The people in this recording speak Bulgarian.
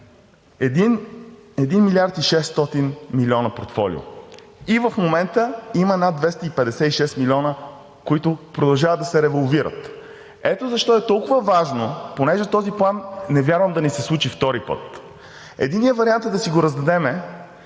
1 милиард 600 милиона портфолио. В момента има над 256 милиона, които продължават да се револвират. Ето защо е толкова важно, понеже този план не вярвам да ни се случи втори път. Единият вариант е да си го раздадем,